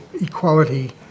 Equality